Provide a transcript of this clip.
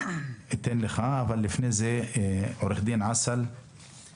אתן לך להתייחס, אבל לפני כן עו"ד אסל מן